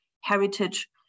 heritage